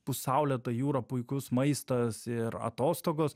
bus saulėta jūra puikus maistas ir atostogos